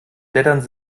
blätternd